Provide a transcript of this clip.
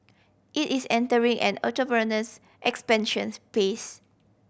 it is entering an autonomous expansions phase